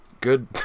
good